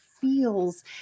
feels